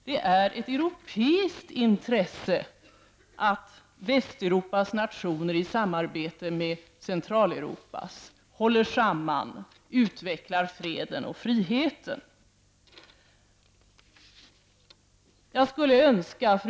Det är ett europeiskt intresse att Västeuropas nationer i samarbete med Centraleuropas håller samman och utvecklar freden och friheten.